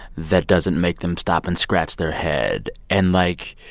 that doesn't make them stop and scratch their head? and, like,